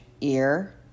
ear